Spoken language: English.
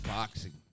Boxing